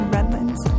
Redlands